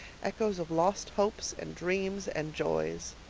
echoes of lost hopes and dreams and joys.